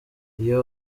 iyo